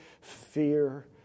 fear